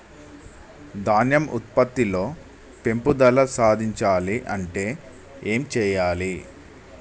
ధాన్యం ఉత్పత్తి లో పెంపుదల సాధించాలి అంటే ఏం చెయ్యాలి?